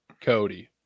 Cody